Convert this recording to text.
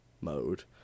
mode